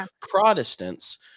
Protestants